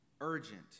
urgent